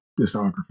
discography